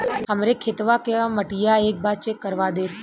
हमरे खेतवा क मटीया एक बार चेक करवा देत?